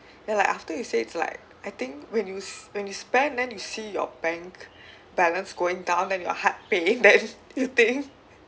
then like after you say it's like I think when you when you spend then you see your bank balance going down then your heart pain then you think